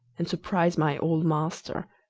and surprise my old master,